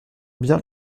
bien